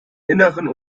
innern